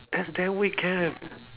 and then weekend leh